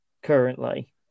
Currently